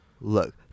Look